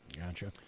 Gotcha